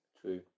True